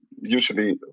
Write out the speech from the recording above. usually